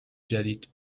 جدید